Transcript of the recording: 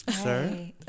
sir